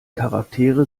charaktere